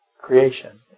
creation